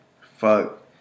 Fuck